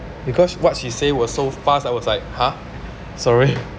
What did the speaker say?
because what's she say was so fast I was like !huh! sorry